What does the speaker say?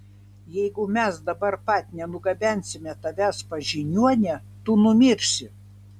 jeigu mes dabar pat nenugabensime tavęs pas žiniuonę tu numirsi